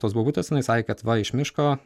tos bobutės jinai sakė kad va iš miško